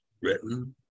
written